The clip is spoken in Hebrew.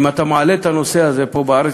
אם אתה מעלה את הנושא הזה פה בארץ,